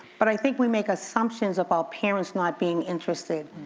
but i think we make assumptions about parents not being interested.